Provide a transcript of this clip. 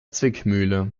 zwickmühle